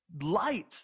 light